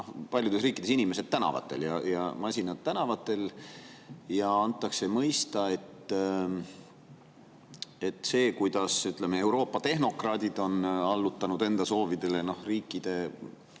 paljudes riikides on inimesed ja masinad tänavatel ning antakse mõista, et see, kuidas Euroopa tehnokraadid on allutanud enda soovidele riikide